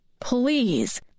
Please